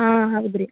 ಹಾಂ ಹೌದು ರೀ